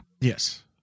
Yes